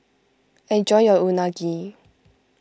enjoy your Unagi